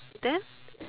then